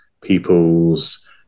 people's